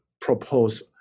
propose